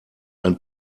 ein